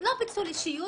לא פיצול אישיות.